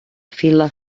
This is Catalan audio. fila